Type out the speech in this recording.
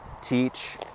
teach